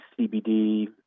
CBD